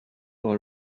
all